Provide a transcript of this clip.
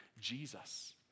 Jesus